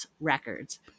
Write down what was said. Records